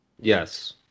Yes